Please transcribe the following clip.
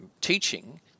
teaching